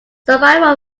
survival